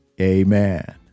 Amen